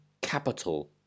capital